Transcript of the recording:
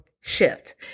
Shift